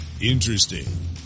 interesting